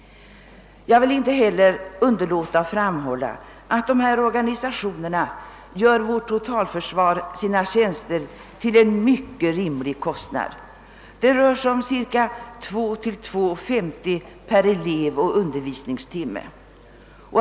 Jag vill inte heller underlåta att framhålla, att nämnda organisationer gör vårt totalförsvar sina tjänster till en mycket rimlig kostnad, endast cirka kr. 2:00—2:50 per elev och undervisningstimme.